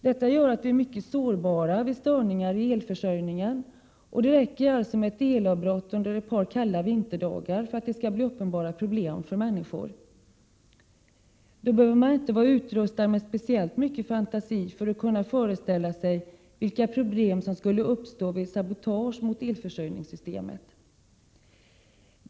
Det gör att vi är mycket sårbara vid störningar i elförsörjningen. Det räcker med ett elavbrott under ett par kalla vinterdagar för att det skall bli uppenbara problem för människor. Då behöver man inte vara utrustad med speciellt mycket fantasi för att kunna föreställa sig vilka problem som skulle uppstå vid sabotage mot elförsörjningssystemet.